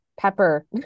pepper